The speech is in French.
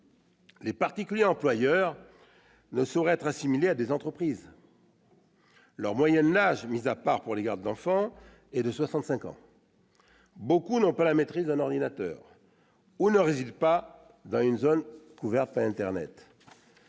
Les particuliers employeurs ne sauraient être assimilés à des entreprises. Leur moyenne d'âge, mis à part pour les gardes d'enfants, est de 65 ans. Beaucoup n'ont pas la maîtrise d'un ordinateur, ou ne résident pas dans une zone couverte par Internet.